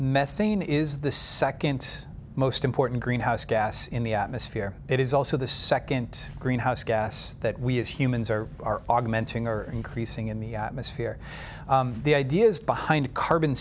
methane is the second most important greenhouse gas in the atmosphere it is also the second greenhouse gas that we as humans or are augmenting or increasing in the atmosphere the ideas behind carbon